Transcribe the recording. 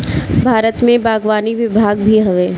भारत में बागवानी विभाग भी हवे